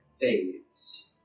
fades